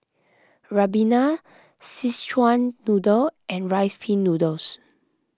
Ribena Szechuan Noodle and Rice Pin Noodles